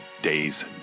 Days